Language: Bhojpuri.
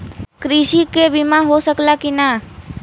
कृषि के बिमा हो सकला की ना?